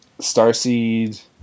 Starseed